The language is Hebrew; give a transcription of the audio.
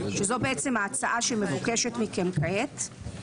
שזו בעצם ההצעה שמבוקשת מכם כעת.